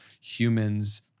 humans